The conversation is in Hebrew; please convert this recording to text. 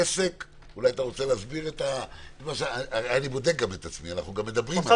אני גם בודק את עצמי, אנחנו מדברים על זה.